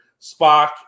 Spock